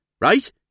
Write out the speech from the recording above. right